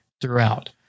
throughout